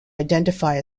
identify